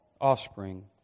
offspring